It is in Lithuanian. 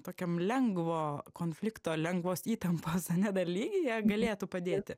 tokiam lengvo konflikto lengvos įtampos ane dar lygyje galėtų padėti